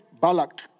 Balak